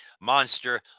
Monster